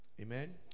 Amen